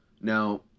Now